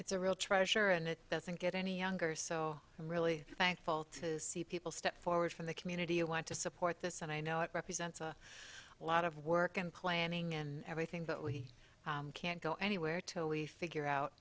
it's a real treasure and it doesn't get any younger so i'm really thankful to see people step forward from the community and want to support this and i know it represents a lot of work and planning and everything but we can't go anywhere till we figure out